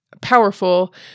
powerful